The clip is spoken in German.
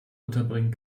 unterbringen